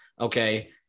Okay